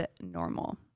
Normal